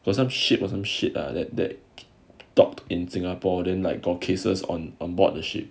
for some ship or some shit lah that that docked in singapore then in cases on on board the ship